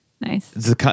Nice